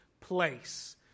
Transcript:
place